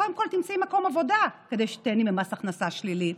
קודם כול תמצאי מקום עבודה כדי שתיהני ממס הכנסה שלילי.